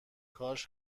کاش